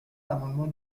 l’amendement